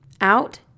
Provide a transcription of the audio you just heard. Out